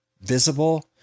visible